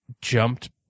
jumped